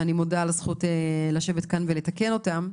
ואני מודה על הזכות לשבת כאן ולתקן אותם.